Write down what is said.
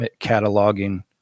cataloging